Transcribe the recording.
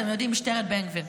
אתם יודעים, משטרת בן גביר.